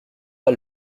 pas